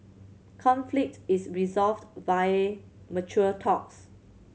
conflict is resolved via mature talks